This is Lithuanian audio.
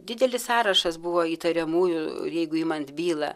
didelis sąrašas buvo įtariamųjų jeigu imant bylą